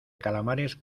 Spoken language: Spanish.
calamares